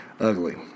Ugly